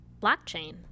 blockchain